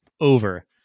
over